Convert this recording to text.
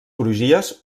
crugies